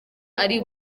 ari